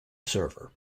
server